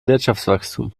wirtschaftswachstum